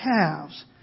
calves